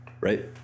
right